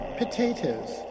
potatoes